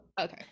okay